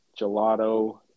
Gelato